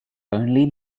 only